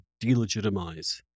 delegitimize